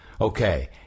Okay